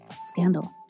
Scandal